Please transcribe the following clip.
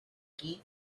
gave